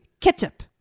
ketchup